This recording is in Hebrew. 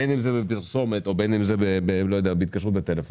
בין אם זה בפרסומת או בין אם זה בהתקשרות בטלפון,